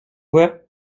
quoi